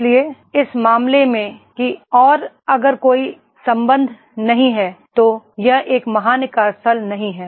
इसलिए इस मामले में कि और अगर कोई संबंध नहीं है तो यह एक महान कार्यस्थल नहीं है